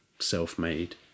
self-made